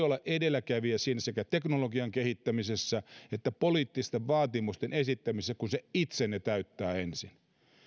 olla edelläkävijä sekä teknologian kehittämisessä että poliittisten vaatimusten esittämisessä kun se itse ne täyttää ensin